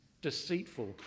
Deceitful